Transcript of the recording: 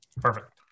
Perfect